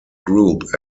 group